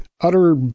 utter